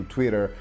Twitter